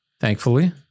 thankfully